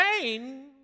pain